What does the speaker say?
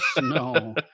no